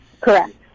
Correct